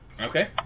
Okay